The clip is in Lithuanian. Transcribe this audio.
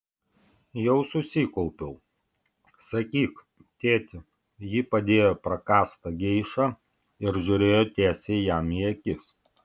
jau susikaupiau sakyk tėti ji padėjo prakąstą geišą ir žiūrėjo tiesiai jam į akis